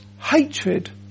hatred